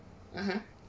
(uh huh)